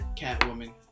Catwoman